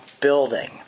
building